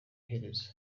iherezo